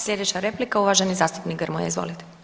Slijedeća replika uvaženi zastupnik Grmoja izvolite.